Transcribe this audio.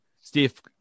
Steve